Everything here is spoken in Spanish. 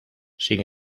sin